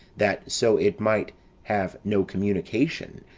that so it might have no communication,